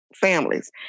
families